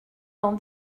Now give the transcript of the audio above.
dans